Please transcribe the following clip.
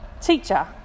teacher